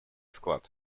вклад